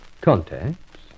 Contacts